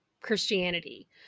Christianity